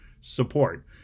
support